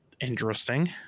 interesting